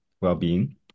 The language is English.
well-being